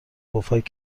پفک